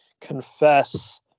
Confess